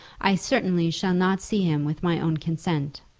i certainly shall not see him with my own consent.